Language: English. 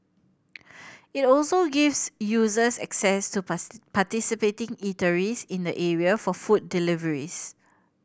it also gives users access to part participating eateries in the area for food deliveries